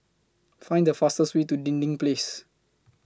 Find The fastest Way to Dinding Place